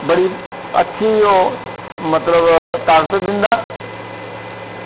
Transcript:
बड़ी अच्छी ओह् मतलब ताकत दिंदा